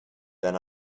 then